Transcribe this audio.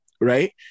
right